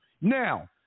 Now